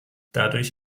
dadurch